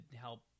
help